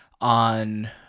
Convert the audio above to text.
on